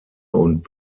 und